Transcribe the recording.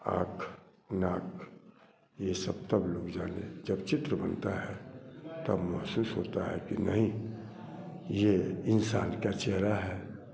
आँख नाक यह सब तब लोग जाने जब चित्र बनता है तब महसूस होता है कि नहीं यह इंसान का चेहरा है